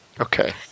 okay